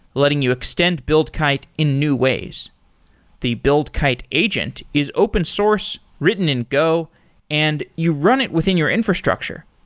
letting you extend buildkite in new ways the buildkite agent is open source, written and go and you run it within your infrastructure.